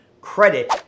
credit